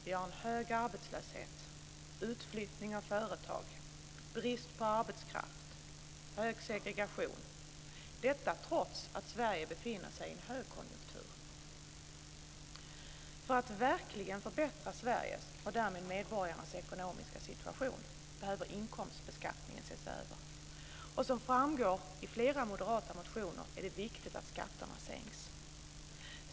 Vi har en hög arbetslöshet, stor utflyttning av företag, brist på arbetskraft, hög segregation - detta trots att Sverige befinner sig i en högkonjunktur. För att verkligen förbättra Sveriges - och därmed medborgarnas - ekonomiska situation behöver inkomstbeskattningen ses över. Som framgår av flera moderata motioner är det viktigt att skatterna sänks.